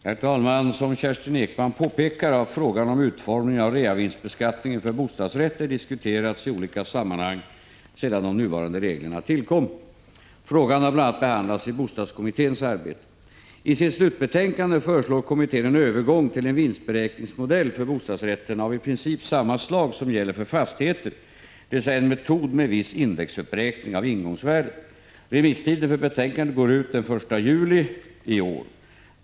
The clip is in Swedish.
Herr talman! Som Kerstin Ekman påpekar har frågan om utformningen av reavinstbeskattningen för bostadsrätter diskuterats i olika sammanhang sedan de nuvarande reglerna tillkom. Frågan har bl.a. behandlats i bostadskommitténs arbete . I sitt slutbetänkande föreslår kommittén en övergång till en vinstberäkningsmodell för bostadsrätterna av i princip samma slag som gäller för fastigheter, dvs. en metod med viss indexuppräkning av ingångsvärdet. Remisstiden för betänkandet går ut den 1 juli i år.